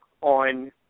on